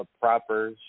proper